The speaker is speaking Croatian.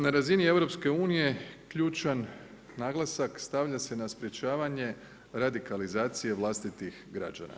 Na razini EU ključan naglasak stavlja se na sprječavanje radikalizacije vlastitih građana.